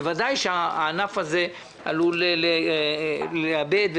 ובוודאי שהענף הזה עלול לאבד,